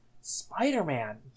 Spider-Man